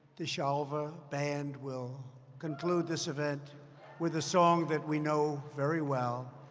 the shalva band will conclude this event with a song that we know very well.